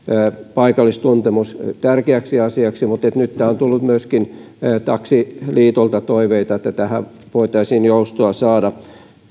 paikallistuntemus tärkeäksi asiaksi mutta nyt on tullut myöskin taksiliitolta toiveita että tähän voitaisiin joustoa saada